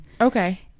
Okay